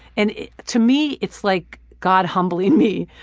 and to me it's like god humbling me,